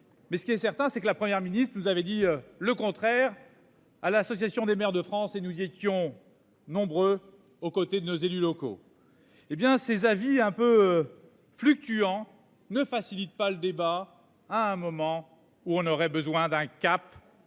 Mais ce qui est certain c'est que la première ministre, vous avez dit le contraire à l'Association des maires de France et nous étions nombreux aux côtés de nos élus locaux. Eh bien ces avis un peu fluctuant ne facilite pas le débat à un moment où on aurait besoin d'un CAP